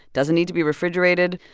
doesn't need to be refrigerated.